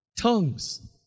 tongues